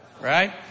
right